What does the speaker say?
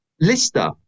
Lister